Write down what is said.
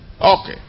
Okay